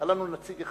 היו לנו שני נציגים,